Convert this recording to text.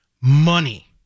money